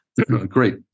great